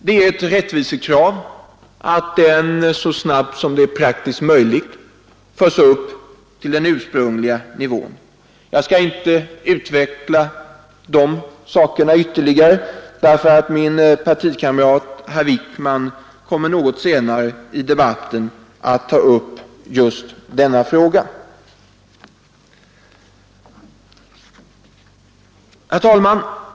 Det är ett rättvisekrav att den så snabbt som det praktiskt är möjligt förs upp till den ursprungliga nivån. Jag skall inte utveckla dessa ting ytterligare — min partikamrat, herr Wijkman, kommer något senare i debatten att ta upp just denna fråga. Herr talman!